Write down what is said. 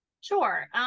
sure